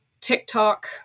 TikTok